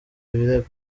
birego